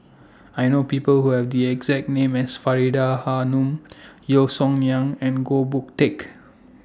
I know People Who Have The exact name as Faridah Hanum Yeo Song Nian and Goh Boon Teck